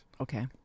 Okay